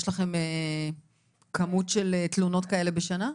יש לכם כמות של תלונות כאלה בשנה?